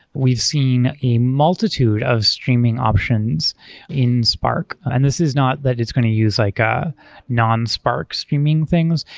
we've seen a multitude of streaming options in spark, and this is not that it's going to use like a non-spark streaming things.